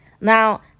now